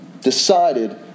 decided